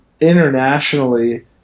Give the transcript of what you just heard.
internationally